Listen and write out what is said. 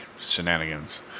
shenanigans